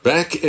Back